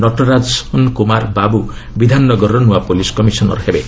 ନଟରାଜନ କୁମାର ବାବୁ ବିଧାନନଗରର ନୂଆ police commissioner ହେବେ